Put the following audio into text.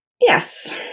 Yes